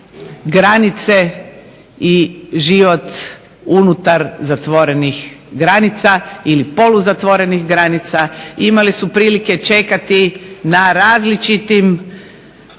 granice i život unutar zatvorenih granica ili poluzatvorenih granica, imali su prilike čekati na različitim